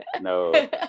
no